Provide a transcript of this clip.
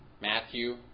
Matthew